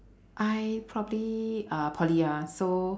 I probably uh poly ya so